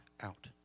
out